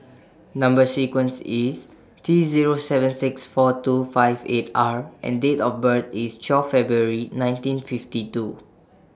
Number sequence IS T Zero seven six four two five eight R and Date of birth IS twelfth February nineteen fifty two